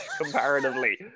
comparatively